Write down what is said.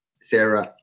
Sarah